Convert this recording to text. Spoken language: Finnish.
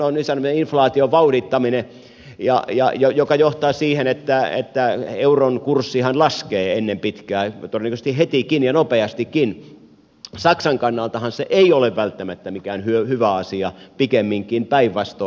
saksan kannaltahan tällainen inflaation vauhdittaminen joka johtaa siihen että euron kurssi laskee ennen pitkää todennäköisesti hetikin ja nopeastikin ei ole välttämättä mikään hyvä asia pikemminkin päinvastoin